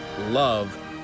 love